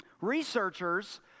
researchers